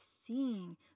seeing